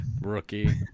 rookie